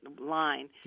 line